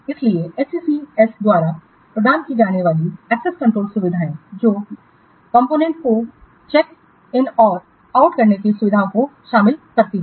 इसलिए SCCS द्वारा प्रदान की जाने वाली एक्सेस कंट्रोल सुविधाएं वे घटकों को चेक इन और आउट करने की सुविधाओं को शामिल करती हैं